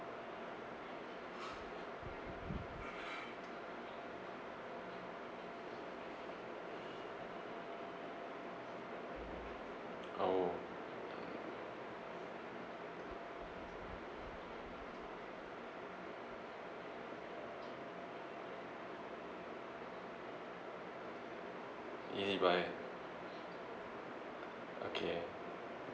oh nearby okay